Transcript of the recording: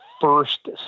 first